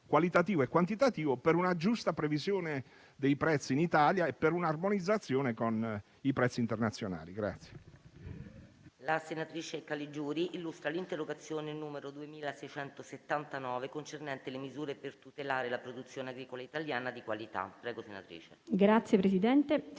qualitativo e quantitativo, per una giusta previsione dei prezzi in Italia e per un'armonizzazione con i prezzi internazionali.